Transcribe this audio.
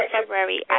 February